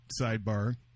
sidebar